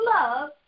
love